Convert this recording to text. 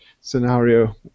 scenario